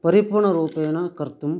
परिपूर्णरूपेण कर्तुं